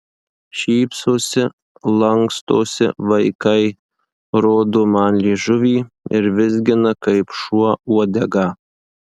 šypsosi lankstosi vaikai rodo man liežuvį ir vizgina kaip šuo uodegą